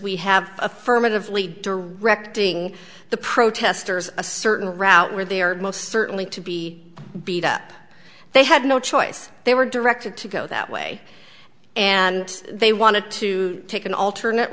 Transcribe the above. we have affirmatively directing the protesters a certain route where they are most certainly to be beat up they had no choice they were directed to go that way and they wanted to take an alternate